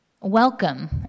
Welcome